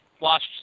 watch